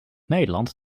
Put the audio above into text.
nederlands